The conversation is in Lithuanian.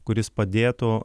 kuris padėtų